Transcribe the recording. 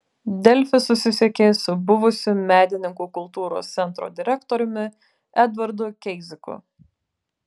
delfi susisiekė su buvusiu medininkų kultūros centro direktoriumi edvardu keiziku